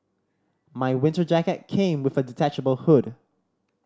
my winter jacket came with a detachable hood